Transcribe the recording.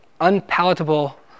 unpalatable